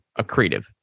accretive